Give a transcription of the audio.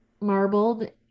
marbled